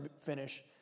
finish